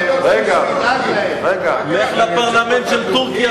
לך לפרלמנט של טורקיה,